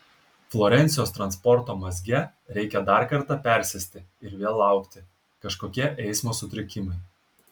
florencijos transporto mazge reikia dar kartą persėsti ir vėl laukti kažkokie eismo sutrikimai